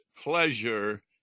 pleasure